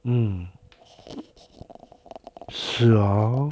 嗯是 hor